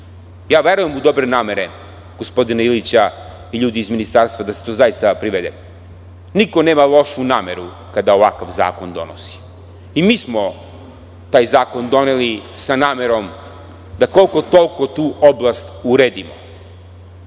Verujem u dobre namere gospodina Ilića i ljudi iz ministarstva, da se to zaista privede. Niko nema lošu nameru kada ovakav zakon donosi. Mi smo taj zakon doneli sa namerom da koliko toliko tu oblast uredimo. Stanje